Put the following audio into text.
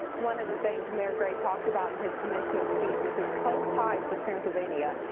one of the things mayor gray talked about in his commencement speech was his close ties to transylvania.